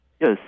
Yes